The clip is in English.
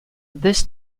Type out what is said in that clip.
this